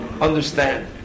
understand